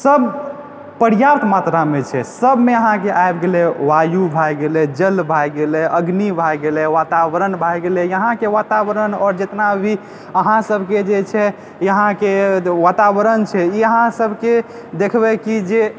सब पर्याप्त मात्रामे छै सबमे अहाँके आबि गेलै वायु भए गेलै जल भए गेलै अग्नि भए गेलै वातावरण भए गेलै यहाँके वातावरण आओर जेतना भी अहाँसबके जे छै यहाँके वातावरण छै ई अहाँसबके देखबै की जे